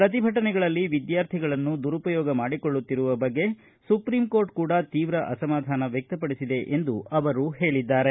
ಪ್ರತಿಭಟನೆಗಳಲ್ಲಿ ವಿದ್ಯಾರ್ಥಿಗಳನ್ನು ದುರುಪಯೋಗ ಮಾಡಿಕೊಳ್ಳುತ್ತಿರುವ ಬಗ್ಗೆ ಸುಪ್ರೀಂಕೋರ್ಟ್ ಕೂಡ ತೀವ್ರ ಅಸಮಧಾನ ವ್ಯಕ್ತಪಡಿಸಿದೆ ಎಂದು ಅವರು ಹೇಳಿದ್ದಾರೆ